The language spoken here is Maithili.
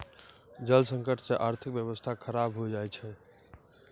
जल संकट से आर्थिक व्यबस्था खराब हो जाय छै